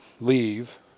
leave